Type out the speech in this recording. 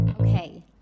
Okay